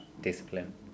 discipline